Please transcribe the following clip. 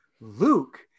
Luke